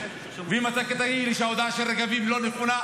ואם אתה תגיד לי שההודעה של רגבים לא נכונה,